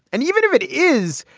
and even if it is,